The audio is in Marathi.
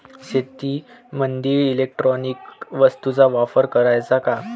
शेतीमंदी इलेक्ट्रॉनिक वस्तूचा वापर कराचा का?